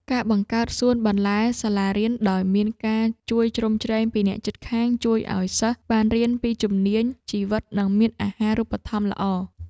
ការបង្កើតសួនបន្លែសាលារៀនដោយមានការជួយជ្រោមជ្រែងពីអ្នកភូមិ ជួយឱ្យសិស្សបានរៀនពីជំនាញជីវិតនិងមានអាហារូបត្ថម្ភល្អ។